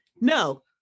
no